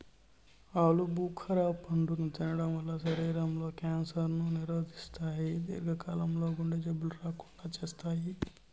ఆలు భుఖర పండును తినడం వల్ల శరీరం లో క్యాన్సర్ ను నిరోధిస్తాయి, దీర్ఘ కాలం లో గుండె జబ్బులు రాకుండా చేత్తాయి